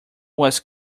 was